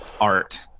art